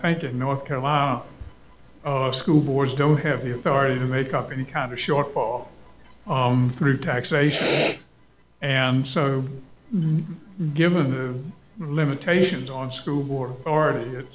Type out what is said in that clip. think in north carolina our school boards don't have the authority to make up any kind of shortfall through taxation and so given the limitations on school board or